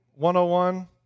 101